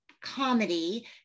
comedy